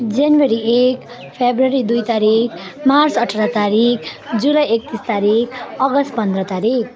जनवरी एक फेब्रुअरी दुई तारिक मार्च अठाह्र तारिक जुलाई एक्तिस तारिक अगस्ट पन्ध्र तारिख